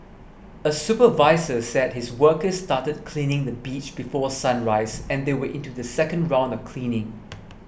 a supervisor said his workers started cleaning the beach before sunrise and they were into the second round of cleaning